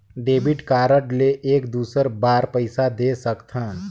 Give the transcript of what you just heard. Debit card ले एक दुसर बार पइसा दे सकथन?